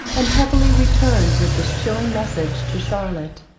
and heavily returned with this chilling message to charlotte.